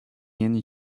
یعنی